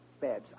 Babs